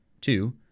Two